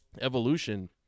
evolution